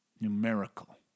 numerical